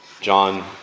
John